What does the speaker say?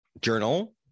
journal